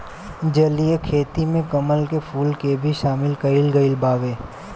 जलीय खेती में कमल के फूल के भी शामिल कईल गइल बावे